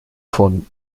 von